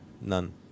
None